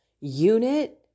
unit